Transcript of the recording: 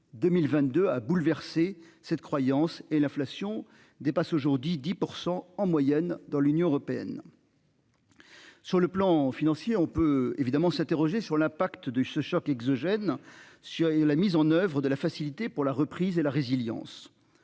2022 a bouleversé cette croyance et l'inflation dépasse aujourd'il 10% en moyenne dans l'Union européenne. Sur le plan financier, on peut évidemment s'interroger sur l'impact de ce choc exogène sur la mise en oeuvre de la facilité pour la reprise et la résilience